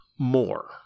More